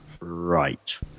Right